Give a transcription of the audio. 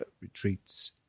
retreats